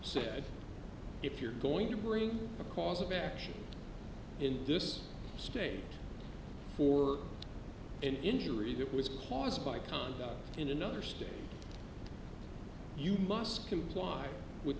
said if you're going to bring a cause of action in this state for an injury that was caused by congress in another state you must comply with